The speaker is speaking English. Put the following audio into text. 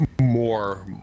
more